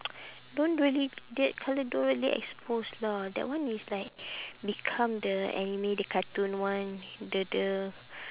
don't do any dead colour don't really expose lah that one is like become the anime the cartoon one the the